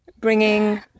bringing